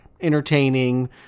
entertaining